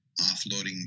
offloading